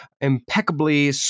impeccably